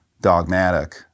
dogmatic